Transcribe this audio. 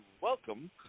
welcome